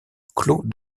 clos